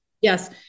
Yes